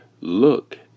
look